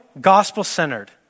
gospel-centered